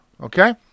okay